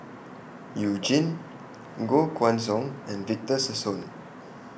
YOU Jin Koh Guan Song and Victor Sassoon